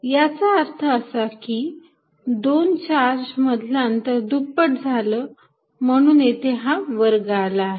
याचा अर्थ असा की दोन चार्ज मधलं अंतर दुप्पट झालं म्हणून येथे हा वर्ग आला आहे